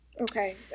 Okay